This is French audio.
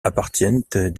appartiennent